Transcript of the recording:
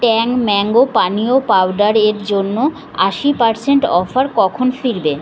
ট্যাং mango পানীয় powder এর জন্য আশি পারসেন্ট অফার কখন ফিরবে